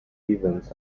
events